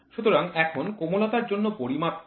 সুতরাং এখন কোমলতার জন্য পরিমাপ কি